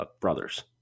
brothers